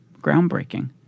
Groundbreaking